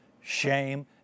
shame